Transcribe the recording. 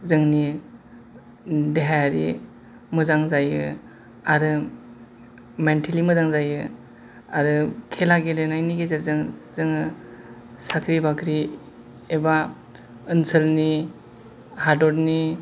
जोंनि देहायारि मोजां जायो आरो मेनथेलि मोजां जायो आरो खेला गेलेनायनि गेजेरजों जोङो साख्रि बाख्रि एबा ओनसोलनि हादरनि